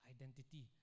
identity